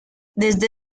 desde